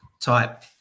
type